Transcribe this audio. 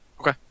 Okay